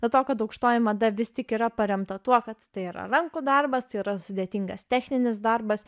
dėl to kad aukštoji mada vis tik yra paremta tuo kad tai yra rankų darbas tai yra sudėtingas techninis darbas